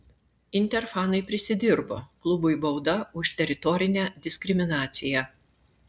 inter fanai prisidirbo klubui bauda už teritorinę diskriminaciją